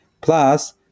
plus